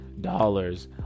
dollars